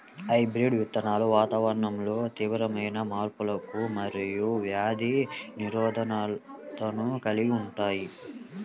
hybrid విత్తనాలు వాతావరణంలో తీవ్రమైన మార్పులకు మరియు వ్యాధి నిరోధకతను కలిగి ఉంటాయి